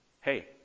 Hey